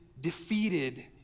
defeated